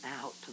out